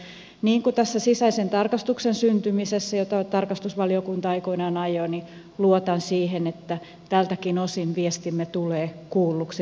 niin kuin tässä sisäisen tarkastuksen syntymisessä jota tarkastusvaliokunta aikoinaan ajoi luotan siihen että tältäkin osin viestimme tulee kuulluksi rakentavassa hengessä